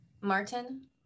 Martin